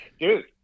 dude